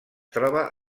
troba